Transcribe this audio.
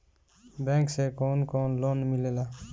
Bank से कौन कौन लोन मिलेला?